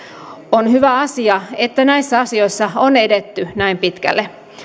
on hyvä asia että näissä asioissa on edetty näin pitkälle